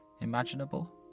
imaginable